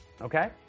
Okay